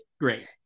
great